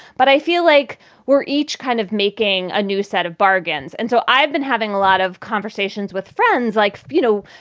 but i feel like we're each kind of making a new set of bargains. and so i've been having a lot of conversations with friends like, you know,